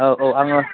औ औ आङो